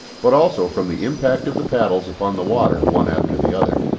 but also from the impact of the paddles upon the water one after the other.